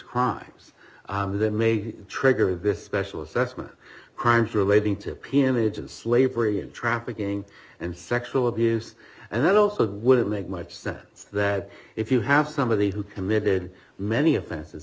crimes there may trigger this special assessment crimes relating to peonage and slavery and trafficking and sexual abuse and that also wouldn't make much sense that if you have somebody who committed many offenses